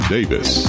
Davis